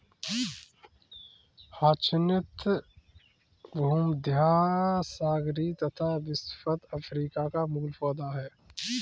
hyacinth भूमध्यसागरीय तथा विषुवत अफ्रीका का मूल पौधा है